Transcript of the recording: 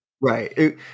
right